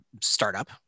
startup